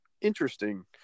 interesting